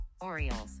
Orioles